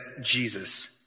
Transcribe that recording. Jesus